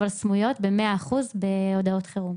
אבל סמויות ב-100% בהודעות חירום?